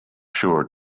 sure